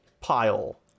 pile